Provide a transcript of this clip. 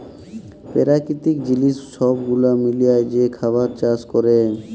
পেরাকিতিক জিলিস ছব গুলা মিলায় যে খাবার চাষ ক্যরে